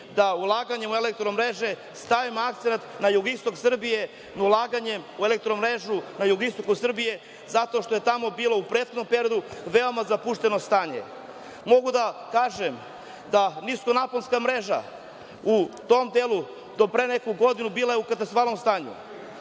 da, ulaganjem u „Elektromreže“, stavimo akcenat na jugoistok Srbije, na ulaganje u „Elektromrežu“ na jugoistoku Srbije zato što je tamo bilo u prethodnom periodu veoma zapušteno stanje. Mogu da kažem da niskonaponska mreža u tom delu do pre neku godinu bila je u katastrofalnom stanju.